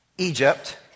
Egypt